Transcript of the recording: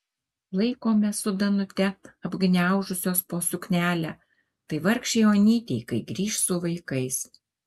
laikome su danute apgniaužusios po suknelę tai vargšei onytei kai grįš su vaikais